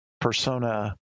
persona